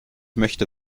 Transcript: möchte